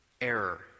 error